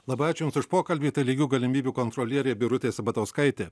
labai ačiū jums už pokalbį tai lygių galimybių kontrolierė birutė sabatauskaitė